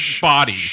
body